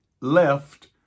left